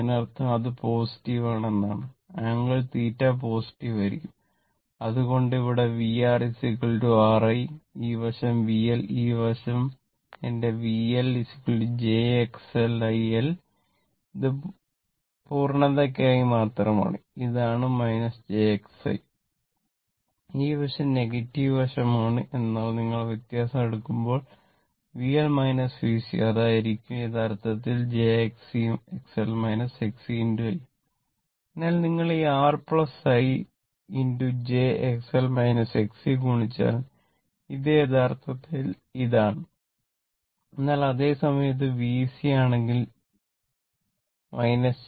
അതിനാൽ നിങ്ങൾ ഈ R I j ഗുണിച്ചാൽ ഇത് യഥാർത്ഥത്തിൽ ഇതാണ് എന്നാൽ അതേ സമയം ഇത് VC ആണെങ്കിൽ j